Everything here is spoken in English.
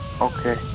Okay